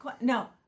no